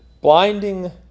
blinding